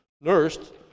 nursed